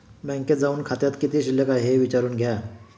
बँकेत जाऊन खात्यात किती शिल्लक आहे ते विचारून घ्या